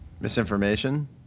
Misinformation